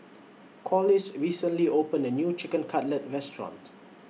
Corliss recently opened A New Chicken Cutlet Restaurant